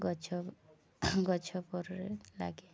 ଗଛ ଗଛ ପରେ ଲାଗେ